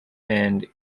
and